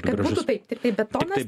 kad būtų taip tiktai betonas